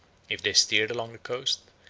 if they steered along the coast,